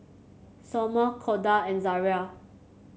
Sommer Corda and Zariah